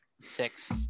six